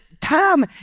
Time